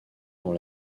dans